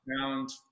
found